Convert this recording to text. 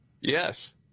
Yes